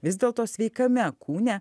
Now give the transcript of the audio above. vis dėlto sveikame kūne